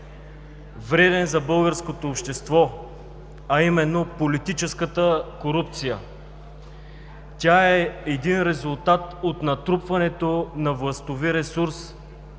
вреден за българското общество, а именно политическата корупция. Тя е един резултат от натрупването на властови ресурс